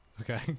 Okay